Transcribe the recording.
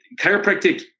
chiropractic